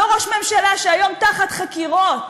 לא ראש ממשלה שהיום תחת חקירות,